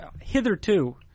Hitherto